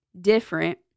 different